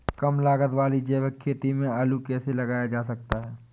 कम लागत वाली जैविक खेती में आलू कैसे लगाया जा सकता है?